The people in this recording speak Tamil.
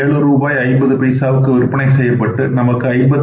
50 ரூபாய்க்கு விற்பனை செய்யப்பட்டு நமக்கு 55